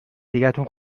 دیگتون